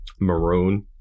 Maroon